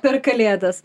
per kalėdas